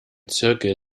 zirkel